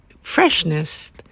freshness